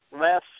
less